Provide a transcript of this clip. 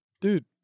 Dude